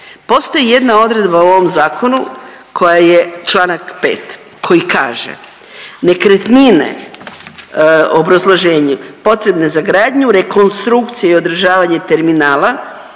postoji jedna odredba u ovom zakonu koja je čl. 5. koji kaže, nekretnine, u obrazloženju, potrebne za gradnju, rekonstrukciju i održavanje terminala